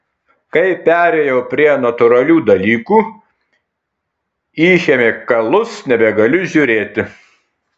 kai perėjau prie natūralių dalykų į chemikalus nebegaliu žiūrėti